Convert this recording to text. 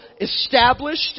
established